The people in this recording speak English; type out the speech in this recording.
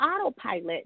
autopilot